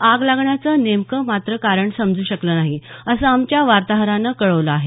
आग लागण्याचं नेमकं मात्र कारण समजू शकलं नाही असं आमच्या वार्ताहरानं कळवलं आहे